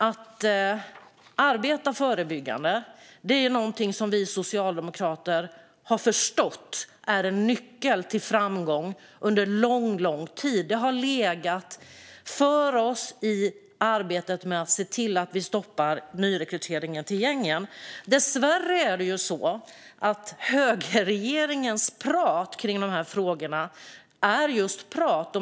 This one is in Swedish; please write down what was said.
Att arbeta förebyggande är något som vi socialdemokrater har förstått är en nyckel till framgång. Under lång tid har det legat för oss i arbetet med att stoppa nyrekryteringen till gängen. Dessvärre är högerregeringens prat i de här frågorna just prat.